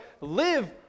live